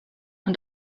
und